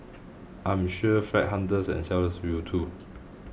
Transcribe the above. I am sure flat hunters and sellers will too